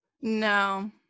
no